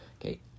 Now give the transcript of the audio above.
okay